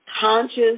conscious